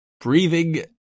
breathing